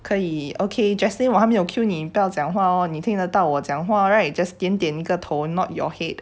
可以 okay jaslyn 我还没有 cue 你不要讲话哦你听得到我讲话 right just 点点一个头 nod your head